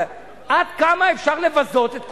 עד כמה אפשר לבזות את כולנו,